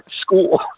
school